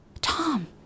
Tom